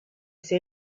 ses